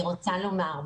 אני רוצה לומר.